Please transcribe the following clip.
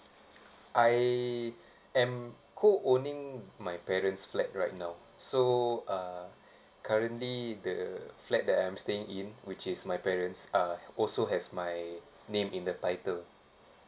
I am co owning my parents' flat right now so uh currently the flat that I'm staying in which is my parents' uh also has my name in the title